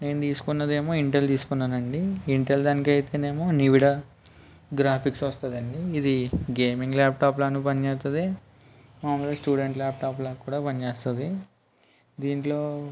నేను తీసుకున్నదేమో ఇంటెల్ తీసుకున్నానండి ఇంటెల్ దానికి అయితే నేమో నివిడ గ్రాఫిక్స్ వస్తదండీ ఇది గేమింగ్ ల్యాప్టాప్లానూ పనిచేస్తుంది మాములుగా స్టూడెంట్ ల్యాప్టాప్లా కూడా పని చేస్తది దీంట్లో